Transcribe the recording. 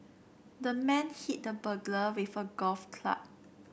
the man hit the burglar with a golf club